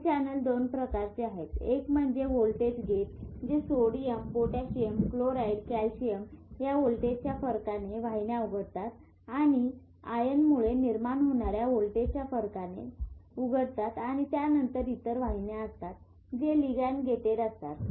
हे चॅनेल दोन प्रकारचे आहेत एक म्हणजे व्होल्टेज गेट जे सोडियम पोटॅशियम क्लोराईड कॅल्शियम या व्होल्टेजच्या फरकाने या वाहिन्या उघडतात आणि या आयनमुळे निर्माण होणाऱ्या व्होल्टेजच्या फरकाने या वाहिन्या उघडतात आणि त्यानंतर इतर वाहिन्या असतात जे लिगँड गेटेड असतात